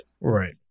Right